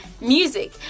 music